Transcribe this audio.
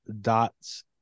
dots